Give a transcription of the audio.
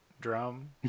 drum